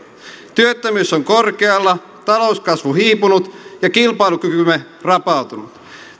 työttömyys on korkealla talouskasvu hiipunut ja kilpailukykymme rapautunut